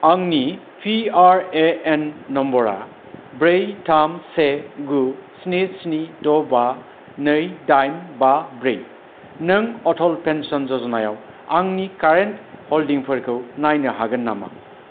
आंनि P R A N number आ ब्रै थाम से गु स्नि स्नि द' बा नै दाइन बा ब्रै नों अटल पेन्सन ज'जनायाव आंनि कारेन्ट हल्डिंफोरखौ नायनो हागोन नामा